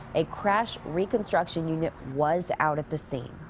a crash reconstruction unit was out at the scene.